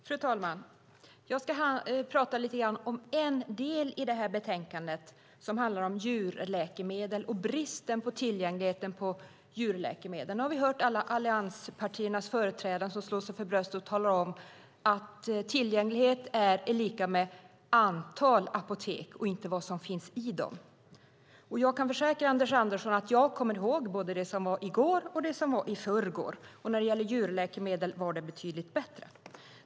Fru talman! Jag ska prata lite grann om en del i det här betänkandet som handlar om djurläkemedel och bristen på tillgängligheten till djurläkemedel. Nu har vi hört alla allianspartiernas företrädare slå sig för bröstet och tala om att tillgänglighet är lika med antalet apotek, inte vad som finns där. Och jag kan försäkra Anders Andersson att jag kommer ihåg både det som var i går och det som var i förrgår, och när det gäller djurläkemedel var det betydligt bättre.